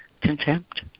contempt